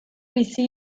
bizi